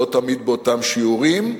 לא תמיד באותם שיעורים,